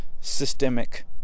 systemic